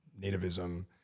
nativism